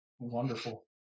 Wonderful